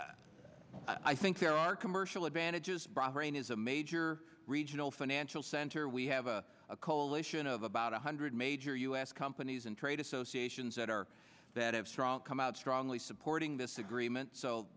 what i think there are commercial advantages brought rain is a major regional financial center we have a coalition of about one hundred major u s companies and trade associations that are that have strong come out strongly supporting this agreement so